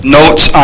notes